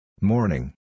Morning